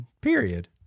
period